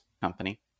company